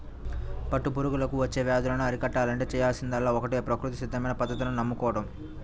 పట్టు పురుగులకు వచ్చే వ్యాధులను అరికట్టాలంటే చేయాల్సిందల్లా ఒక్కటే ప్రకృతి సిద్ధమైన పద్ధతులను నమ్ముకోడం